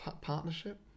partnership